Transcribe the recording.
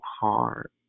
hard